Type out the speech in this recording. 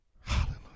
hallelujah